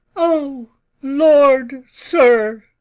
o lord, sir